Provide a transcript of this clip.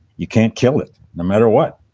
you can't kill it no matter what,